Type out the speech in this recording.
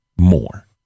more